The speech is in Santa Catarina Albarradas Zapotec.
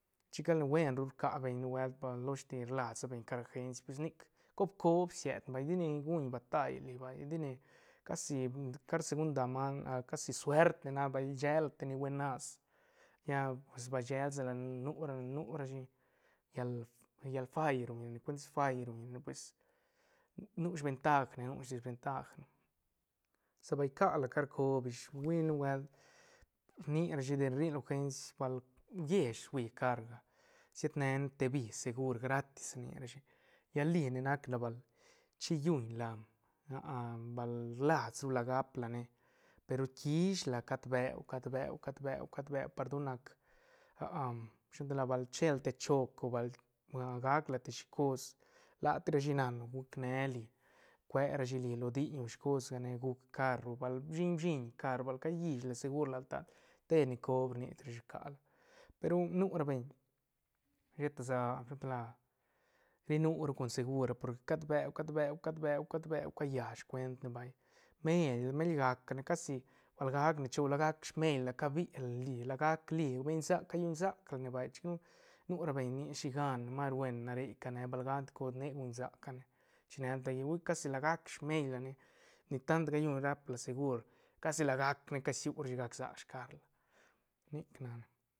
Chic ca ne buen ru rca beñ nubuelt ba losh te rlas beñ car agenci pues nic cob- cob siet ne vay ti nic guñ batall nic vay ti ne casi car segunda man a casi suert ne nac ne bal ishela te ni buenas lla pues ba ishesala nu ra nu rashi llal- llal fai ruñ ra ne cuentis fai ruñ ra ne pues nu ventajne nu desventajne sa bal kiala car cob ish hui nubuelt rni rashi de rri ne lo agenci bal uiesh hui carga siet ne- ne te bis segur gratis rni rashi lla li ne nac la bal chillunla bal rlas ru la gap lane pe ru quish la cat beu cad beu cad beu cat beu par don nac shi lo gan tal la bal che la te choch o bal gac la te shicos la ti rashi nan guc ne li cuerashi li lo diñ shi cos gane guc car o bal bshiñ-bshiñ car bal callishla segur gan tal te ni coob rnis rashi rca la pe ru nu ra beñ sheta sa shi lo gan tal la ri nu ru con segur porque cad beu- cad beu- cad beu- cad beu callash scuent ne vay meil- meil gac ne casi bal gac ne choch la gac smeil la cabi li la gac li ben sac ca llun sac la ne vay chic nu- nu ra beñ rni shi gan ne mas ru buen ra re quianea bal gac ne te cos ne guñ saca ne chine a ne taller hui casi la gac smeil la ne ni tan ta callun rap la segur casi la gac ne casiurashi gac sac scar la nic nac ne.